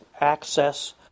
access